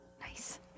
Nice